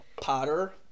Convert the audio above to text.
Potter